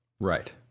Right